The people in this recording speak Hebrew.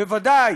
בוודאי.